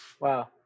Wow